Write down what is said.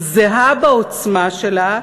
זהה בעוצמה שלה